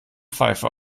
pfeife